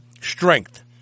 strength